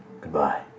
Goodbye